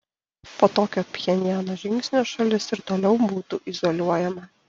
po tokio pchenjano žingsnio šalis ir toliau būtų izoliuojama